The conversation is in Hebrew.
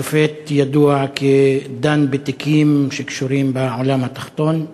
השופט ידוע כדן בתיקים שקשורים בעולם התחתון.